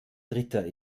dritter